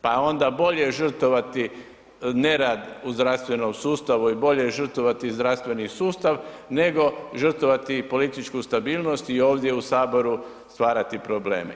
Pa onda bolje žrtvovati nerad u zdravstvenom sustavu i bolje žrtvovati zdravstveni sustav, nego žrtvovati i politiku stabilnost i ovdje u saboru stvarati probleme.